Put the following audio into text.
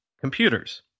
computers